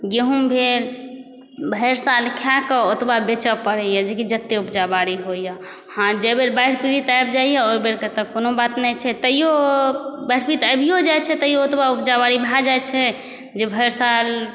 गहूम भेल भरि साल खाकऽ ओतबा बेचऽ पड़ैए जेकि एतेक उपजा बाड़ी होइए हाँ जाहि बेर बाढ़ि पीड़ित आबि जाइए ओहिबेरक तऽ कोनो बात नहि छै तैओ बाढ़ि पीड़ित आबिओ जाइ छै तऽ ओतबा उपजा बाड़ी भऽ जाइ छै जे भरि साल